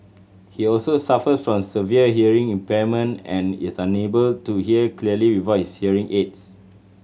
he also suffers from severe hearing impairment and is unable to hear clearly without hearing aids